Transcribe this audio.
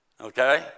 Okay